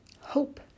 hope